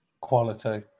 Quality